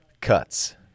cuts